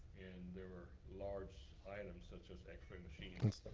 there were large items, such as x-ray machines,